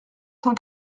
cent